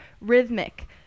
rhythmic